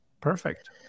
Perfect